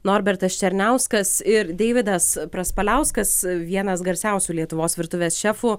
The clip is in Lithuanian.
norbertas černiauskas ir deividas praspaliauskas vienas garsiausių lietuvos virtuvės šefų